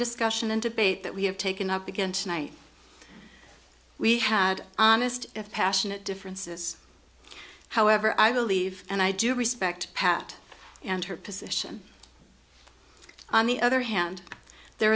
discussion and debate that we have taken up again tonight we had honest passionate differences however i believe and i do respect pat and her position on the other hand there